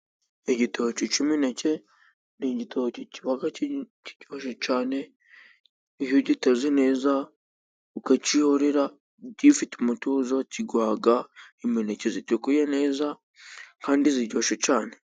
Igitoki cy'imineke ni igitoki kiba biryoshye cyane, iyo ugitaze neza, ukacyihorera gifite umutuzo, kiguha imineke itukuye neza, kandi iryoshye cyane.